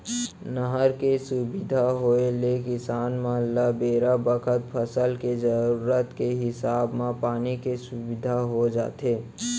नहर के सुबिधा होय ले किसान मन ल बेरा बखत फसल के जरूरत के हिसाब म पानी के सुबिधा हो जाथे